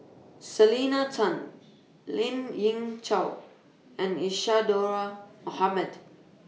Selena Tan Lien Ying Chow and Isadhora Mohamed